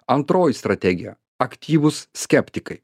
antroji strategija aktyvūs skeptikai